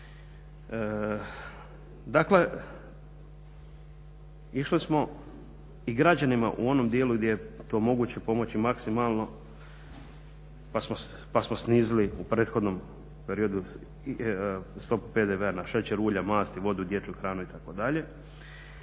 Dakle, išli smo i građanima u onom dijelu gdje je to moguće pomoći maksimalno pa smo snizili u prethodnom periodu i stopu PDV-a na šećer, ulja, masti, vodu, dječju hranu itd.